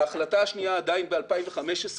ההחלטה השנייה, עדיין ב-2015,